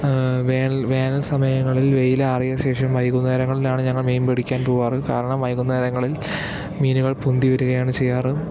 വേനൽ വേനൽ സമയങ്ങളിൽ വെയിലാറിയശേഷം വൈകുന്നേരങ്ങളിൽ ആണ് ഞങ്ങൾ മീൻ പിടിക്കാൻ പോവാറ് കാരണം വൈകുന്നേരങ്ങളിൽ മീനുകൾ പൊന്തിവരുകയാണ് ചെയ്യാറ്